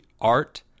art